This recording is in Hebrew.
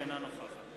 אינה נוכחת